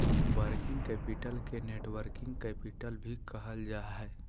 working capital के networking capital भी कहल जा हय